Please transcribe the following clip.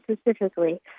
specifically